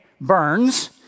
burns